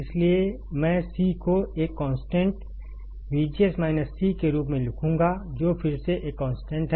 इसलिए मैं C को एक कॉन्स्टेंट के रूप में लिखूंगा जो फिर से एक कॉन्स्टेंट है